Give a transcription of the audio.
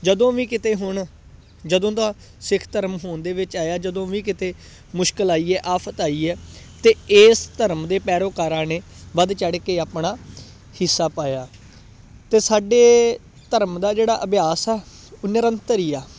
ਜਦੋਂ ਵੀ ਕਿਤੇ ਹੁਣ ਜਦੋਂ ਦਾ ਸਿੱਖ ਧਰਮ ਹੋਂਦ ਦੇ ਵਿੱਚ ਆਇਆ ਜਦੋਂ ਵੀ ਕਿਤੇ ਮੁਸ਼ਕਿਲ ਆਈ ਏ ਆਫਤ ਆਈ ਏ ਅਤੇ ਇਸ ਧਰਮ ਦੇ ਪੈਰੋਕਾਰਾਂ ਨੇ ਵੱਧ ਚੜ੍ਹ ਕੇ ਆਪਣਾ ਹਿੱਸਾ ਪਾਇਆ ਅਤੇ ਸਾਡੇ ਧਰਮ ਦਾ ਜਿਹੜਾ ਅਭਿਆਸ ਆ ਉਹ ਨਿਰੰਤਰ ਹੀ ਆ